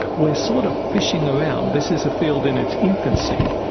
we're sort of fishing around, this is a field in its infancy,